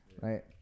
right